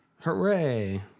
Hooray